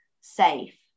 safe